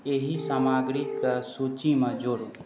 एहि समाग्री के सूची मे जोड़ू